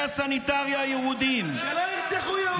הסניטריים הירודים -- שלא ירצחו יהודים.